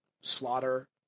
slaughter